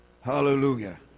Hallelujah